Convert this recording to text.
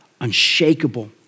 unshakable